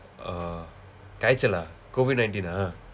oh காய்ச்சலா:kaychsalaa COVID nineteen ah